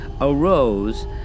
arose